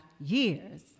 years